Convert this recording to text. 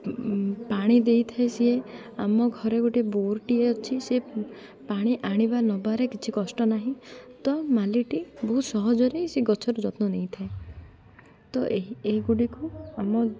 ପାଣି ଦେଇଥାଏ ସିଏ ଆମ ଘରେ ଗୋଟେ ବୋରଟିଏ ଅଛି ସେ ପାଣି ଆଣିବା ନବାରେ କିଛି କଷ୍ଟ ନାହିଁ ତ ମାଳିଟି ବହୁତ ସହଜରେ ସେ ଗଛର ଯତ୍ନ ନେଇଥାଏ ତ ଏହି ଏହିଗୁଡ଼ିକୁ ଆମ